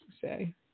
say